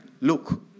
Look